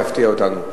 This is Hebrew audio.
יפתיע אותנו.